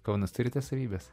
kaunas turi tas savybes